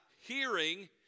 hearing